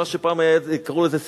מה שפעם קרו לו "סינגלובסקי",